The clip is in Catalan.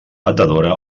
batedora